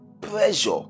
Pressure